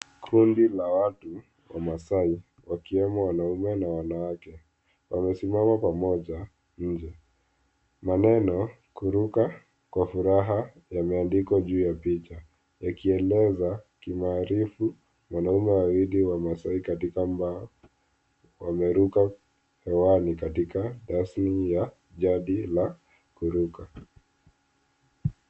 Kundi la watu, wamaasai, wakiwemo wanaume na wanawake wamesimama pamoja nje. Maneno, kuruka kwa furaha, yameandikwa juu ya picha yakieleza kimaarifu wanaume wawili wamaasai katika mbao wameruka hewani katika dansi ya jadi la kuruka.